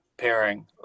Pairing